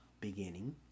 beginning